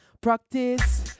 practice